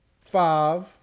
five